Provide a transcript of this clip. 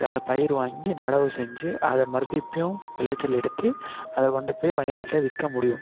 வறு பயிர் வாங்கி நடவு செஞ்சு அதை மறுப்பிடியும் விளைச்சல் எடுத்து அதை கொண்டுபோய் வணிகர்கிட்ட விற்க முடியும்